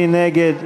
מי נגד?